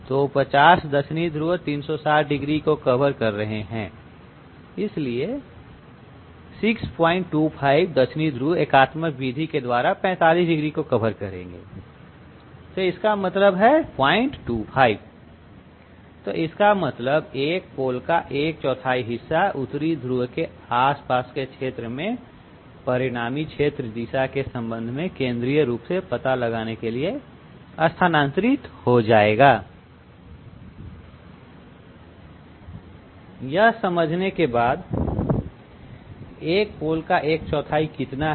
तो 50 दक्षिणी ध्रुव 360 डिग्री को कवर कर रहे हैं इसलिए 625 दक्षिणी ध्रुव एकात्मक विधि के द्वारा 45 डिग्री को कवर करेंगे और इसका मतलब है 025 तो इसका मतलब एक पोल का एक चौथाई हिस्सा उतरी ध्रुव के आसपास के क्षेत्र में परिणामी क्षेत्र दिशा के संबंध में केंद्रीय रूप से पता लगाने के लिए स्थानांतरित हो जाएगा यह समझने के बाद 1 पोल का एक चौथाई कितना है